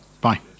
Bye